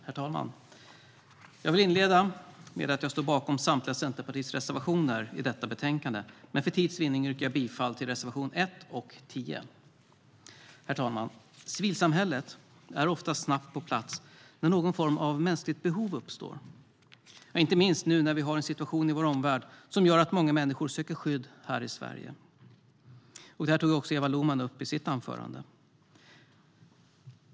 Herr talman! Jag vill inleda med att jag står bakom samtliga Centerpartiets reservationer i detta betänkande, men för tids vinnande yrkar jag bifall till reservationerna 1 och 10. Herr talman! Civilsamhället är ofta snabbt på plats när någon form av mänskligt behov uppstår, inte minst nu när vi har en situation i vår omvärld som gör att många människor söker skydd här i Sverige. Det här tog också Eva Lohman upp i sitt anförande.